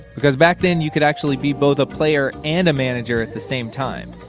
because back then you could actually be both a player and a manager at the same time.